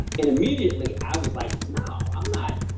and immediately i was like, no, i'm not,